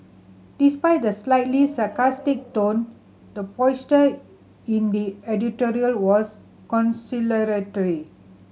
despite the slightly sarcastic tone the posture in the editorial was conciliatory